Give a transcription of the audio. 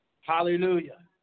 Hallelujah